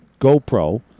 GoPro